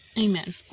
amen